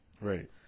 right